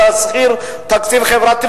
ולהזכיר תקציב חברתי,